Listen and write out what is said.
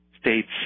states